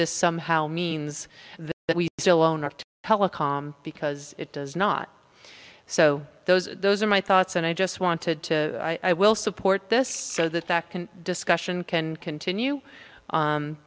this somehow means that we still own our telecom because it does not so those are those are my thoughts and i just wanted to i will support this so the fact discussion can continue